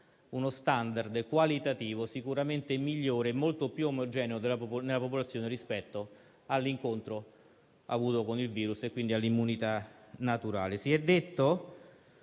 uno *standard* qualitativo sicuramente migliore e molto più omogeneo nella popolazione rispetto all'incontro avuto con il virus e, quindi, all'immunità naturale. Si è detto